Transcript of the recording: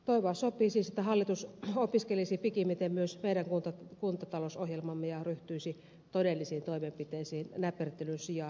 toivoa sopii siis että hallitus opiskelisi pikimmiten myös meidän kuntatalousohjelmamme ja ryhtyisi todellisiin toimenpiteisiin näpertelyn sijaan